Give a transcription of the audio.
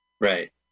Right